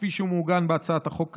כפי שהוא מעוגן בהצעת החוק הזו: